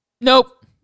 nope